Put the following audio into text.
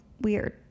weird